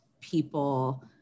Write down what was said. people